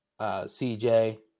CJ